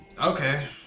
Okay